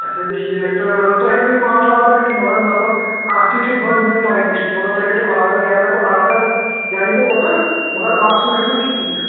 اچھا ٹھیٖک تہٕ تۄیہِ ہیکوا یِم آرڈر واڈر کٔرِتھ مگر مطلب اَکھ چیٖز چھ بڑ تۄہہِ نِش مطلب تُہۍ کٔرِو آرڈر یا کَرٕ بہٕ آرڈر یا یِم بہٕ اوتَن مگر آسُن گَژھِ مےٚ ٹھیٖک